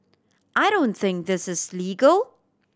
I don't think this is legal